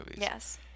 Yes